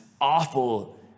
awful